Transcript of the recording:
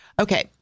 Okay